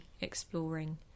exploring